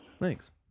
thanks